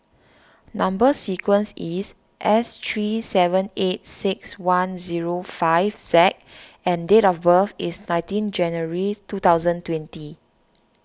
Number Sequence is S three seven eight six one zero five Z and date of birth is nineteen January two thousand twenty